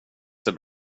ser